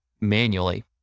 manually